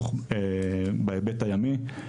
בהיבט הימי.